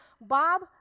Bob